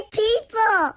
people